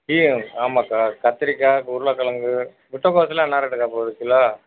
இது ஆமாம்க்கா கத்திரிக்காய் உருளக்கெழங்கு முட்டைக்கோஸுலாம் என்ன ரேட்டுக்கா போகுது கிலோ